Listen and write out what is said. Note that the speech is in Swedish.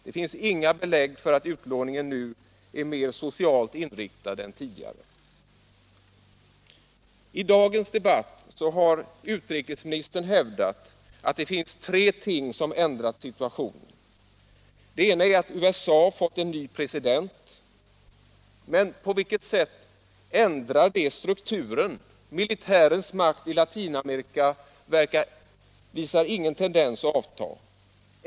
Det finns inga belägg för att utlåningen nu är mer socialt inriktad än tidigare. I dagens debatt har utrikesministern hävdat att det finns tre ting som ändrat situationen. Det första är att USA fått en ny president. Men på vilket sätt ändrar det strukturen? Militärens makt i Latinamerika visar ingen tendens att avta.